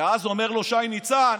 ואז אומר לו שי ניצן: